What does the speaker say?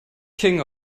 king